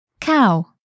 cow